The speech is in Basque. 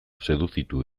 seduzitu